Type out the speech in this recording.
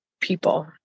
people